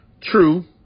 True